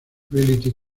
reality